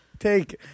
take